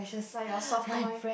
like your soft toy